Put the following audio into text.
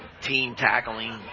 team-tackling